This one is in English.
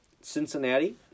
Cincinnati